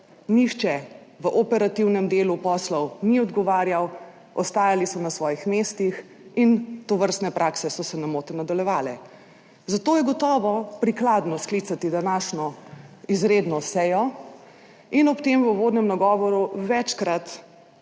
nihče v operativnem delu poslov ni odgovarjal, ostajali so na svojih mestih in tovrstne prakse so se, ne motim, nadaljevale. Zato je gotovo prikladno sklicati današnjo izredno sejo in ob tem v uvodnem nagovoru večkrat